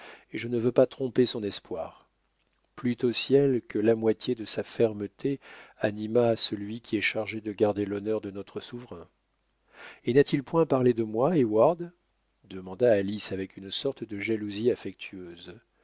et je ne veux pas tromper son espoir plût au ciel que la moitié de sa fermeté animât celui qui est chargé de garder l'honneur de notre souverain et n'a-t-il point parlé de moi heyward demanda alice avec une sorte de jalousie affectueuse